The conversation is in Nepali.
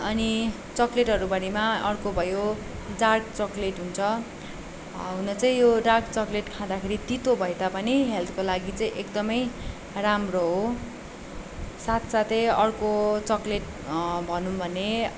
अनि चकलेटहरूभरिमा अर्को भयो डार्क चक्लेट हुन्छ हुन चाहिँ यो डार्क चक्लेट खाँदाखेरि तितो भए तापनि हेल्थको लागि चाहिँ एकदमै राम्रो हो साथ साथै अर्को चकलेट भनौँ भने